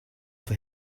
for